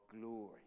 glory